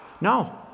No